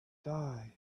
die